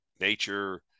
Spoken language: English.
nature